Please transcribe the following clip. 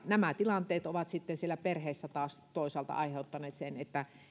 nämä tilanteet ovat sitten siellä perheessä taas toisaalta aiheuttaneet sen